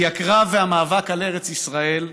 כי הקרב והמאבק על ארץ ישראל,